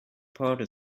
party